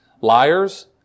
liars